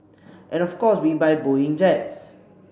and of course we buy Boeing jets